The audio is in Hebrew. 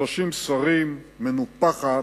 30 שרים, מנופחת,